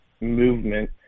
movement